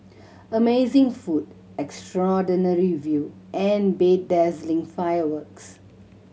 amazing food extraordinary view and bedazzling fireworks